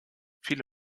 viele